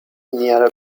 near